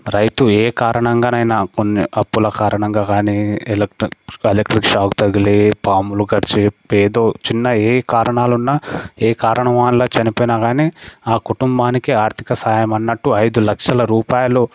రైతు ఏ కారణంగానైనా కొన్ని అప్పుల కారణంగా కానీ ఎలెక్ట్ ఎలక్ట్రిక్ షాక్ తగిలి పాములు కరిచి ఏదో చిన్న ఏ కారణాలు ఉన్న ఏ కారణం వల్ల చనిపోయిన కానీ ఆ కుటుంబానికి ఆర్థిక సాయం అన్నట్టు అయిదు లక్షల రూపాయలు